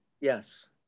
Yes